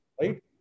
right